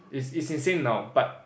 it's it's insane now but